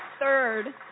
Third